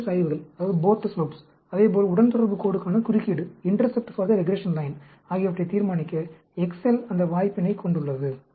இரண்டு சாய்வுகள் அதே போல் உடன்தொடர்பு கோடுக்கான குறுக்கீடு ஆகியவற்றை தீர்மானிக்க எக்செல் அந்த வாய்ப்பினைக் கொண்டுள்ளது